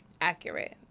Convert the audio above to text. accurate